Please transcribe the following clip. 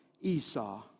Esau